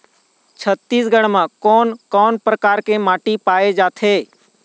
छत्तीसगढ़ म कोन कौन प्रकार के माटी पाए जाथे?